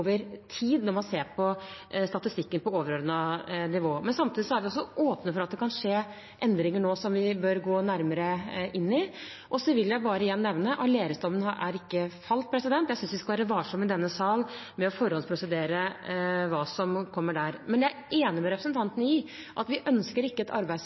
tid når man ser på statistikken på overordnet nivå. Men samtidig er vi også åpne for at det kan skje endringer nå som vi bør gå nærmere inn i. Og så vil jeg bare igjen nevne: Aleris-dommen er ikke falt, og jeg synes vi skal være varsomme i denne sal med å forhåndsprosedere hva som kommer der. Men jeg er enig med representanten i at vi ikke ønsker et